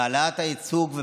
חבריי חברי הכנסת,